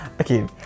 Okay